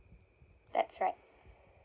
that's right